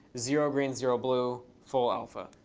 zero green, zero blue, full alpha.